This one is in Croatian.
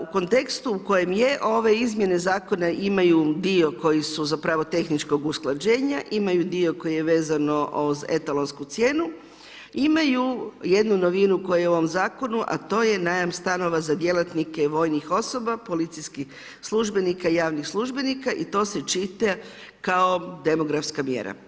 U kontekstu u kojem je, ove izmjene zakona imaju dio koji su zapravo tehničkog usklađenja, imaju dio koji je vezano uz etalonsku cijenu, imaju jednu novinu koja je u ovom zakonu, a to je najam stanova za djelatnike i vojnih osoba, policijskih službenika i javnih službenika i to se čita kao demografska mjera.